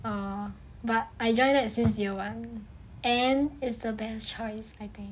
err but I joined that since year one and is the best choice I think